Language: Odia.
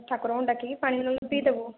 ଠାକୁରଙ୍କୁ ଡାକିକି ପାଣି ନହେଲେ ପିଇ ଦେବୁ